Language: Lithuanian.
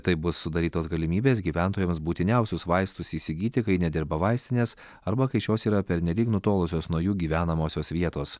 taip bus sudarytos galimybės gyventojams būtiniausius vaistus įsigyti kai nedirba vaistinės arba kai šios yra pernelyg nutolusios nuo jų gyvenamosios vietos